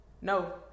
no